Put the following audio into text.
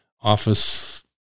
office